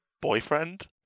boyfriend